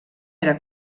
era